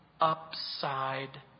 upside